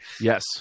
Yes